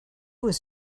was